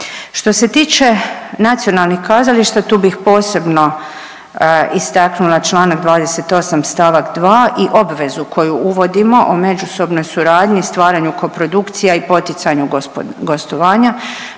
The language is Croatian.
Što se tiče nacionalnih kazališta, tu bih posebno istaknula čl. 28 st. 2 i obvezu koju uvodimo o međusobnoj suradnji, stvaranju koprodukcija i poticanju gostovanja.